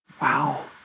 Wow